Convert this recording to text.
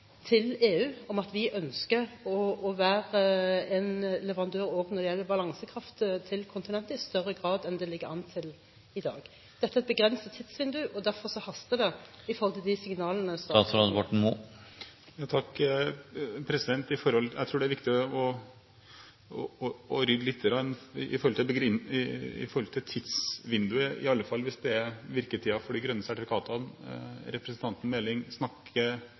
til EU om at vi ønsker å være en leverandør også når det gjelder balansekraft til kontinentet, i større grad enn det ligger an til i dag. Dette er et begrenset tidsvindu, og derfor haster det når det gjelder signalene til EU. Det er viktig å rydde litt opp når det gjelder tidsvinduet – i alle fall hvis det er virketiden for de grønne sertifikatene representanten Meling sikter til. Pumpekraftverk bidrar ikke nødvendigvis til økt totalproduksjon, men de bidrar til